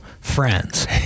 friends